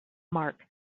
mark